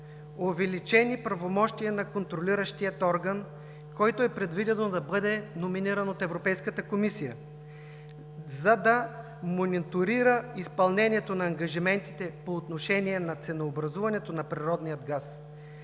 увеличени правомощия на контролиращия орган, който е предвидено да бъде номиниран от Европейската комисия, за да мониторира изпълнението на ангажиментите по отношение на ценообразуването на природния газ.